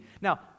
Now